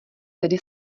tedy